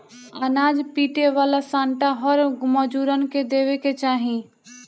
अनाज पीटे वाला सांटा हर मजूरन के देवे के चाही